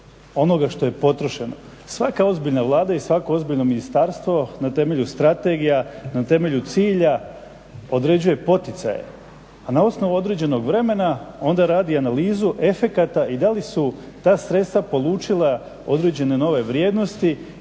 onoga što je potrošeno. Svaka ozbiljna Vlada i svako ozbiljno ministarstvo na temelju strategija, na temelju cilja određuje poticaje, a na osnovu određenog vremena onda radi analizu efekata i da li su ta sredstva polučila određene nove vrijednosti,